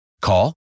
Call